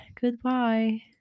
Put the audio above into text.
Goodbye